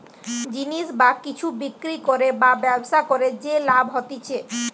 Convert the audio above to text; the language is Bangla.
জিনিস বা কিছু বিক্রি করে বা ব্যবসা করে যে লাভ হতিছে